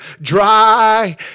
dry